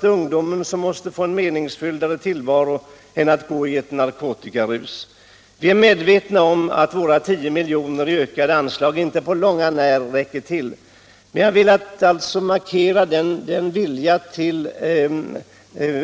Det är ungdomen som måste få en mera meningsfylld tillvaro än att gå i ett narkotikarus. Allmänpolitisk debatt Allmänpolitisk debatt Vi är medvetna om att våra 10 miljoner i ökade anslag inte på långt när räcker till. Men vi har velat markera vår vilja till